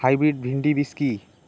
Hybrid ভীন্ডি বীজ কি?